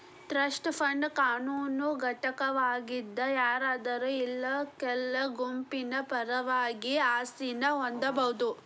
trust fund ಕಾನೂನು ಘಟಕವಾಗಿದ್ ಯಾರಾದ್ರು ಇಲ್ಲಾ ಕೆಲ ಗುಂಪಿನ ಪರವಾಗಿ ಆಸ್ತಿನ ಹೊಂದಬೋದು